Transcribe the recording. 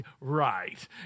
right